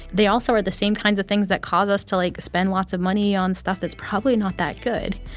they also are the same kinds of things that cause us to, like, spend lots of money on stuff that's probably not that good,